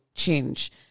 Change